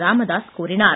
ராமதாஸ் கூறினார்